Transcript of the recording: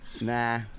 nah